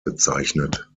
bezeichnet